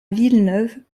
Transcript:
villeneuve